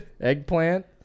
Eggplant